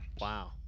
Wow